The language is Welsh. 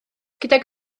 gydag